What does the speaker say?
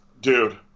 Dude